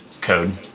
code